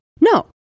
no